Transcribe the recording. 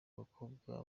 bakobwa